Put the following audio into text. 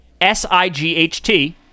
S-I-G-H-T